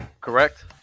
Correct